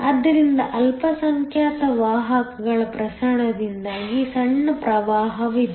ಆದ್ದರಿಂದ ಅಲ್ಪಸಂಖ್ಯಾತ ವಾಹಕಗಳ ಪ್ರಸರಣದಿಂದಾಗಿ ಸಣ್ಣ ಪ್ರವಾಹವಿದೆ